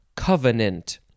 Covenant